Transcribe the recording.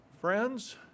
Friends